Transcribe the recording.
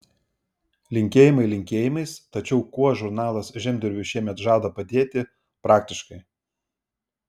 linkėjimai linkėjimais tačiau kuo žurnalas žemdirbiui šiemet žada padėti praktiškai